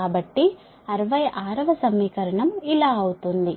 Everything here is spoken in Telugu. కాబట్టి 66 వ సమీకరణం ఇలా అవుతుంది